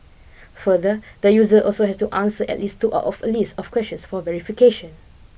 further the user also has to answer at least two out of a list of questions for verification